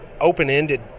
open-ended